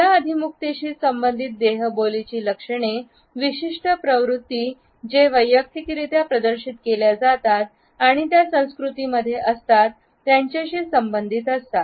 या अभिमुखतेशी संबंधित देहबोली ची लक्षणे विशिष्ट प्रवृत्ती जे वैयक्तिकरित्या प्रदर्शित केल्या जातात आणि त्या संस्कृतींमध्ये असतात याच्याशी संबंधित असतात